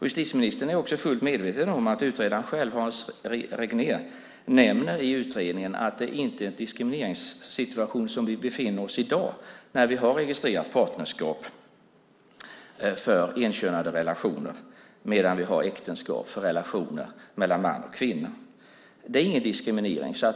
Justitieministern är fullt medveten om att utredaren själv, Hans Regner, nämner i utredningen att vi inte befinner oss i någon diskrimineringssituation i dag, när vi har registrerat partnerskap för enkönade relationer medan vi har äktenskap för relationer mellan man och kvinna. Det är ingen diskriminering.